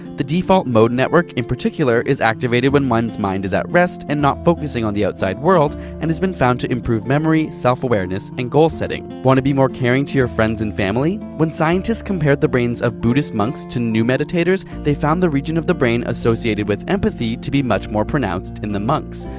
the default mode network, in particular, is activated when one's mind is at rest and not focusing on the outside world, and has been found to improve memory, self awareness and goal setting. want to be more caring to your friends and family? when scientists compared the brains of buddhist monks to new meditators, they found the region of the brain associated with empathy to be much more pronounced in the monks.